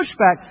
pushback